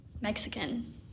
Mexican